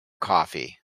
coffee